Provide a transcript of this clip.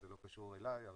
זה לא קשור אליי,